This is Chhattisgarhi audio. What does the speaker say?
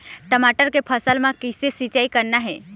टमाटर के फसल म किसे सिचाई करना ये?